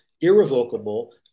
irrevocable